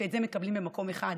שאת זה מקבלים במקום אחד,